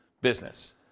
business